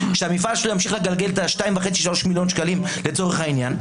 שהמפעל שלו ימשיך לגלגל את ה-2.5 3 מיליון שקלים לצורך העניין,